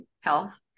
Health